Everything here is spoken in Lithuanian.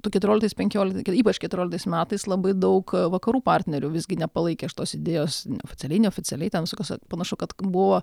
tų keturioliktais penkioliktais ypač keturioliktais metais labai daug vakarų partnerių visgi nepalaikė šitos idėjos neoficialiai neoficialiai ten sukas panašu kad buvo